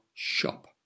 shop